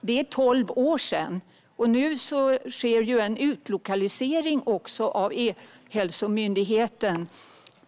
Det är nu tolv år sedan, och nu sker en utlokalisering av E-hälsomyndigheten.